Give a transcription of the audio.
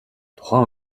тухайн